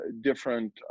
different